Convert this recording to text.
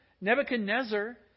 Nebuchadnezzar